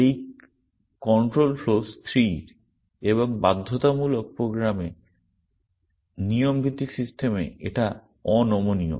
এই control flow স্থির এবং বাধ্যতামূলক প্রোগ্রামে নিয়ম ভিত্তিক সিস্টেমে এটা অনমনীয়